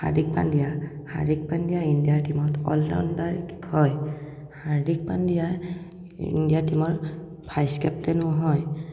Hardik Pandya Hardik Pandya India টীমৰ all rounder হয় Hardik Pandya India টীমৰ ভাইছ কেপ্টেইনো হয়